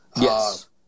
Yes